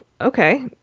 okay